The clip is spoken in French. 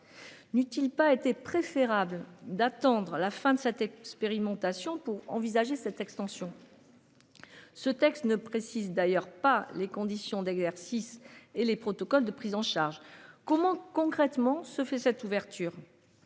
n'eut-il pas été préférable d'attendre la fin de cette expérimentation pour envisager cette extension. Ce texte ne précise d'ailleurs pas les conditions d'exercice et les protocoles de prise en charge. Comment concrètement se fait cette ouverture.